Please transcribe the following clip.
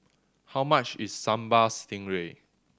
how much is Sambal Stingray